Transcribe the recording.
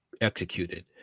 executed